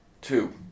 Two